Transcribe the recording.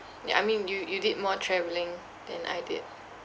ya I mean you you did more travelling than I did